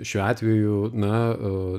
šiuo atveju na